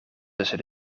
tussen